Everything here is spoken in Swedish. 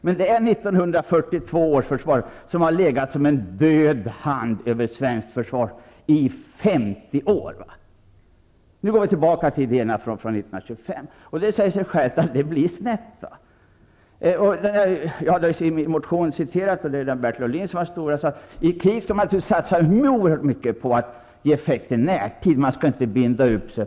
Men det är 1942 års försvarsbeslut som har legat som en död hand över svenskt försvar i 50 år. Nu går vi tillbaka till idéerna från 1925. Jag har i min motion citerat vad Bertil Ohlin skrev 1942: I krig skall man naturligtvis satsa oerhört mycket på att ge effekt i närtid, men man skall inte binda upp sig.